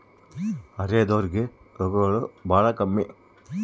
ಅರೆದೋರ್ ಗೆ ರೋಗಗಳು ಬಾಳ ಕಮ್ಮಿ